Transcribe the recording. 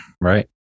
Right